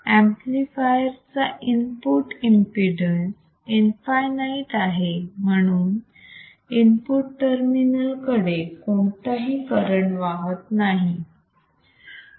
amplifier चा input impedance infinite आहे म्हणून इनपुट टर्मिनल कडे कोणताही करंट वाहत नाही आहे